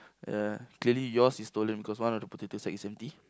ya clearly yours is stolen because one of the potato is empty